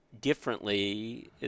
differently